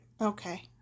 Okay